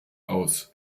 aus